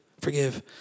forgive